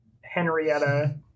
Henrietta